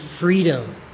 freedom